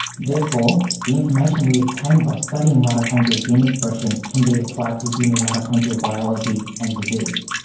therefore the information we obtain by studying mitochondrial gene expression can be applied to human mitochondrial biology and disease.